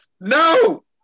no